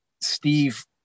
Steve